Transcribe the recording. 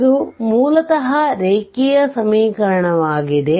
ಇದು ಮೂಲತಃ ರೇಖೀಯ ಸಮೀಕರಣವಾಗಿದೆ